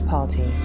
Party